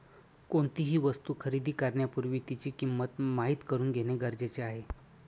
कोणतीही वस्तू खरेदी करण्यापूर्वी तिची किंमत माहित करून घेणे गरजेचे आहे